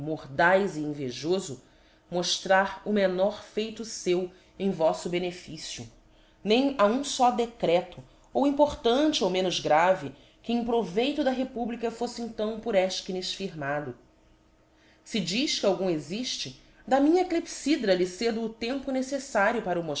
mordaz e invejofo moftrar o menor feito feu em voflb beneficio nem ha um fó decrctro ou importante ou menos grave que em proveito da republica foffe então por efchines firmado se diz que algum exifte da minha clepfydra lhe cedo o tempo necesaiio para o